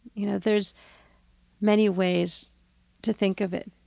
you know, there's many ways to think of it,